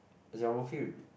as in I'm okay with it